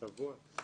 שבוע.